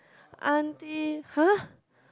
aunty [huh]